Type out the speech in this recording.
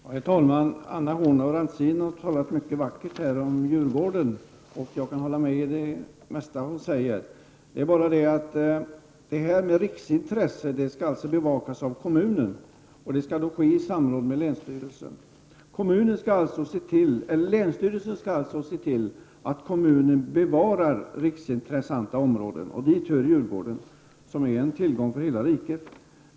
Herr talman! Anna Horn af Rantzien har talat mycket vackert om Djurgården, och jag kan hålla med om det mesta av det hon säger. Det är bara det att riksintressen skall bevakas av kommunen, och det skall då ske i samråd med länsstyrelsen. Länsstyrelsen skall alltså se till att kommunen bevarar riksintressanta områden, och dit hör Djurgården, som är en tillgång för hela riket.